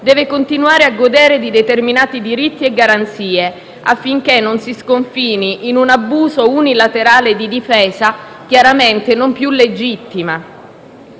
deve continuare a godere di determinati diritti e garanzie, affinché non si sconfini in un abuso unilaterale di difesa, chiaramente non più legittima.